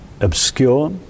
obscure